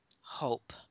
Hope